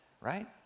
right